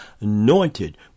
anointed